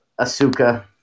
asuka